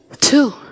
Two